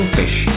fish